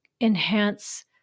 enhance